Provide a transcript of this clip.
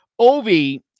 Ovi